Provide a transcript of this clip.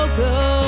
go